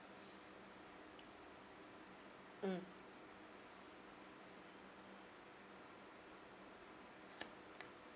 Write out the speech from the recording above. mm